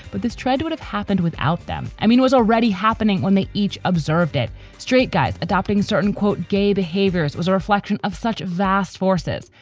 but this trend would have happened without them i mean, what's already happening when they each observed it straight guys adopting certain, quote, gay behaviors was a reflection of such vast forces,